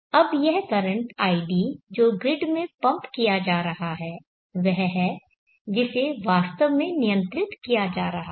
अब यह current ig जिसे ग्रिड में पंप किया जा रहा है वह है जिसे वास्तव में नियंत्रित किया जा रहा है